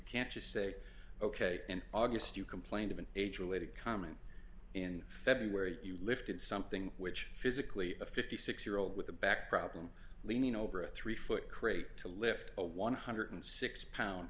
can't just say ok in august you complained of an age related comment in february you lifted something which physically a fifty six year old with a back problem leaning over a three foot crate to lift a one hundred and six pound